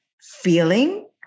feeling